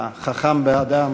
החכם באדם,